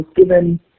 given